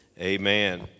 Amen